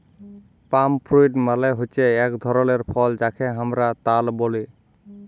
পাম fruit মালে হচ্যে এক ধরলের ফল যাকে হামরা তাল ব্যলে